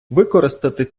використати